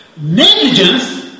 negligence